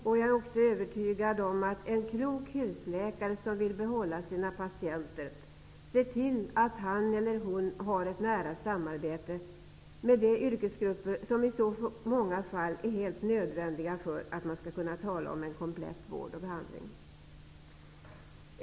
Jag är också övertygad om att en klok husläkare som vill behålla sina patienter ser till att han eller hon har ett nära samarbete med de yrkesgrupper som i så många fall är helt nödvändiga för att man skall kunna ge en komplett vård och behandling.